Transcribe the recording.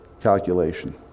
calculation